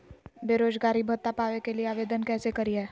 बेरोजगारी भत्ता पावे के लिए आवेदन कैसे करियय?